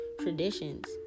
traditions